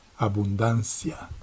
abundancia